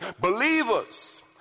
Believers